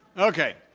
okay,